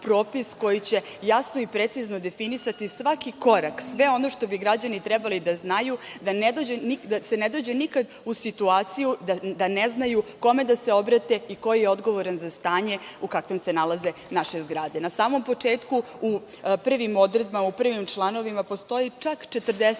koji će jasno i precizno definisati svaki korak, sve ono što bi građani trebali da znaju, da se ne dođe nikad u situaciju da ne znaju kome da se obrate i ko je odgovoran za stanje u kakvim se nalaze naše zgrade. Na samom početku, u prvim odredbama, u prvim članovima, postoje čak 44